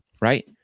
right